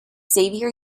xavier